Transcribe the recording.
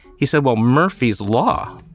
he said, well, murphy's law,